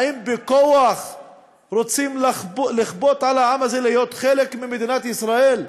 האם בכוח רוצים לכפות על העם הזה להיות חלק ממדינת ישראל?